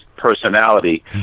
personality